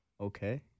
Okay